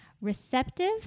receptive